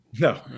no